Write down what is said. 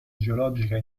geologica